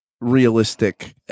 realistic